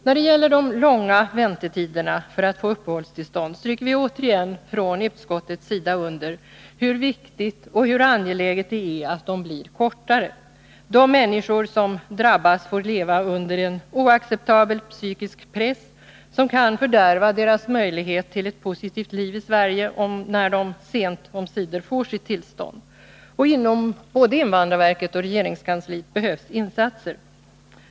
När det gäller de långa väntetiderna för att få uppehållstillstånd stryker vi återigen från utskottets sida under hur viktigt och hur angeläget det är att de blir kortare. De människor som drabbas får leva under en oacceptabel psykisk press, som kan fördärva deras möjlighet till ett positivt liv i Sverige när de sent omsider får sitt tillstånd. Inom både invandrarverket och regeringskansliet behövs insatser.